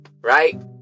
right